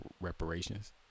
reparations